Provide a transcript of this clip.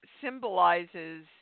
Symbolizes